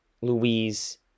Louise